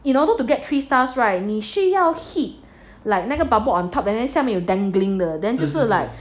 in order to get three stars right 你需要 hit like 那个 bubble on top and then 下面有 dangling 的 then 就是 like